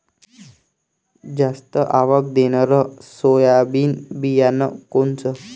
जास्त आवक देणनरं सोयाबीन बियानं कोनचं?